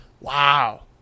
Wow